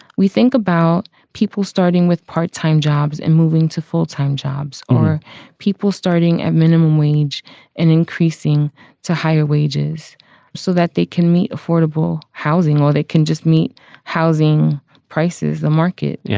we think about people starting with part time jobs and moving to full time jobs or people starting at minimum wage and increasing to higher wages so that they can meet affordable housing or they can just meet housing prices. the market. yeah.